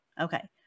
Okay